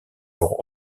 pour